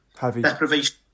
Deprivation